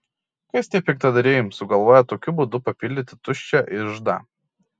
kas tie piktadariai sugalvoję tokiu būdu papildyti tuščią iždą